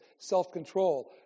self-control